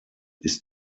ist